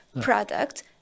product